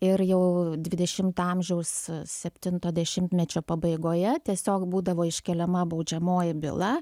ir jau dvidešimto amžiaus septinto dešimtmečio pabaigoje tiesiog būdavo iškeliama baudžiamoji byla